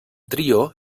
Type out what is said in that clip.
trio